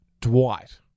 Dwight